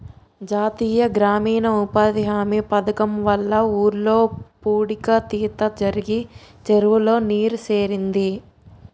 జాతీయ గ్రామీణ ఉపాధి హామీ పధకము వల్ల ఊర్లో పూడిక తీత జరిగి చెరువులో నీరు సేరింది